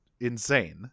insane